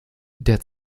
der